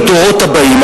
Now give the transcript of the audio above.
"הדורות הבאים",